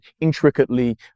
intricately